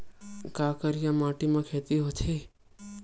का करिया माटी म खेती होथे?